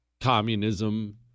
communism